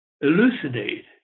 elucidate